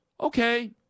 Okay